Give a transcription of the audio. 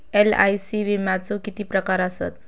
LIC विम्याचे किती प्रकार आसत?